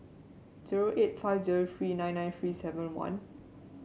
zero eight five zero three nine nine three seven one